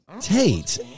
Tate